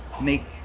make